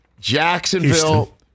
Jacksonville